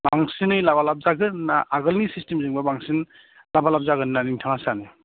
बांसिननै लाभा लाभ जागोन ना आगोलनि सिस्टेमजों बा बांसिन लाभा लाभ जागोन होननानै नोंथाङा सानो